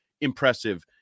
impressive